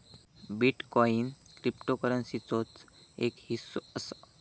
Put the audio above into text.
bitcoin क्रिप्टोकरंसीचोच एक हिस्सो असा